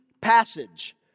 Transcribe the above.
passage